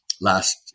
last –